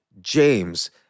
James